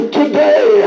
today